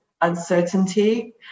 uncertainty